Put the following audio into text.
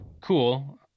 cool